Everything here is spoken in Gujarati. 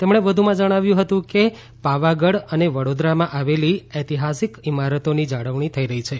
તેમણે વધુમાં જણાવ્યું હતું કે પાવાગઢ અને વડોદરામાં આવેલી ઐતિહાસિક ઇમારતોની જાળવણી થઇ રહી છે